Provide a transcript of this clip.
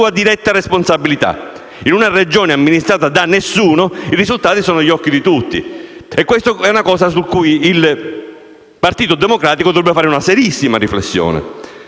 diretta responsabilità. In una Regione amministrata da nessuno, i risultati sono sotto gli occhi di tutti e su questo il Partito Democratico dovrebbe fare una serissima riflessione.